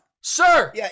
Sir